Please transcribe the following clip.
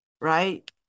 Right